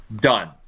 Done